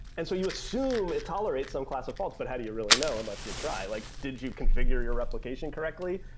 and so you assume it tolerates some class defaults, but how do you really know unless you try? like did you configure your replication correctly,